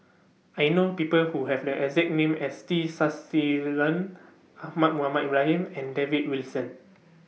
I know People Who Have The exact name as T Sasitharan Ahmad Mohamed Ibrahim and David Wilson